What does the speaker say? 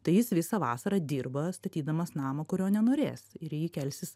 tai jis visą vasarą dirba statydamas namą kurio nenorės ir į jį kelsis